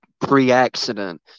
pre-accident